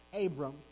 Abram